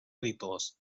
editors